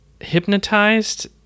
hypnotized